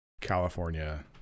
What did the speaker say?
California